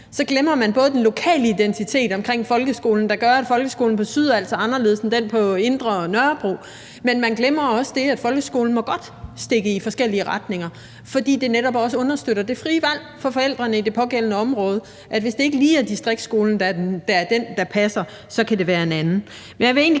så glemmer man den lokale identitet omkring folkeskolen, der gør, at folkeskolen betyder noget andet på f.eks. indre Nørrebro end et andet sted. Men man glemmer også det, at folkeskolen godt må stikke i forskellige retninger, fordi det netop også understøtter det frie valg for forældrene i det pågældende område i forhold til, at hvis det ikke lige er distriktsskolen, der passer, så kan det være en anden.